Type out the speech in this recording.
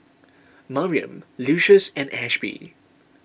Mariam Lucius and Ashby